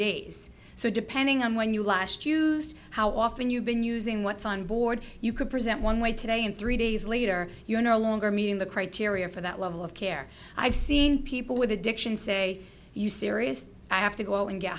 days so depending on when you last used how often you've been using what's on board you could present one way today and three days later you're no longer meeting the criteria for that level of care i've seen people with addiction say you serious i have to go and get